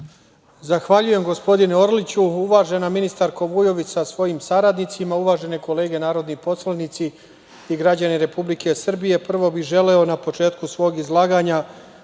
Zahvaljujem, gospodine Orliću. Uvažena ministarka Vujović sa svojim saradnicima, uvažene kolege narodni poslanici i građani Republike Srbije, prvo bih želeo na početku svog izlaganja